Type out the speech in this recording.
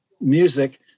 music